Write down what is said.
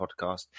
podcast